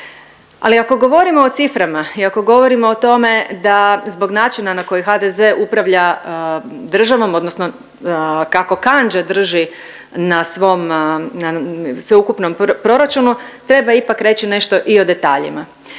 Ali ako govorimo o ciframa i ako govorimo o tome da zbog načina na koji HDZ upravlja državom, odnosno kako kandže drži na svom sveukupnom proračunu treba ipak reći nešto i o detaljima.